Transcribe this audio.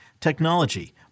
technology